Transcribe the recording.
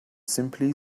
simply